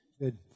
Good